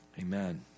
amen